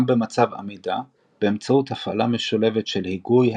במצב עמידה באמצעות הפעלה משולבת של היגוי,